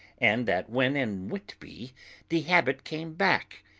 and that when in whitby the habit came back,